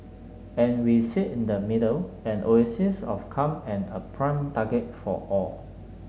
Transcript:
and we sit in the middle an oasis of calm and a prime target for all